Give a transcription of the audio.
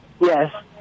Yes